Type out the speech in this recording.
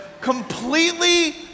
completely